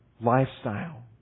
lifestyle